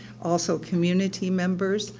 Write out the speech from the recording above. also community members,